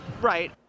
Right